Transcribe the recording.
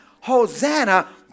Hosanna